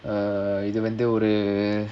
இது வந்து ஒரு:idhu vandhu oru